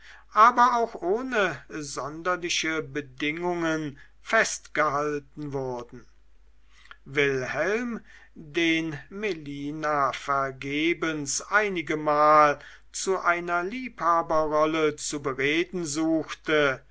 aber auch ohne sonderliche bedingungen festgehalten wurden wilhelm den melina vergebens einigemal zu einer liebhaberrolle zu bereden suchte